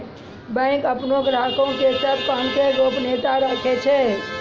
bank अपनो ग्राहको के सभ काम के गोपनीयता राखै छै